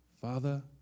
Father